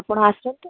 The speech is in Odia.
ଆପଣ ଆସନ୍ତୁ